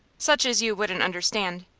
such as you wouldn't understand.